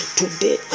today